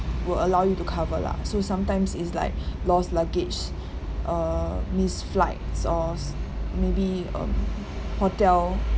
will allow you to cover lah so sometimes it's like lost luggage uh missed flights or maybe um hotel